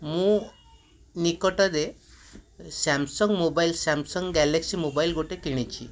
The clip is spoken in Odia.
ମୁଁ ନିକଟରେ Samsung mobile Samsung Galaxy mobile ଗୋଟେ କିଣିଛି